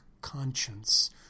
conscience